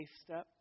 step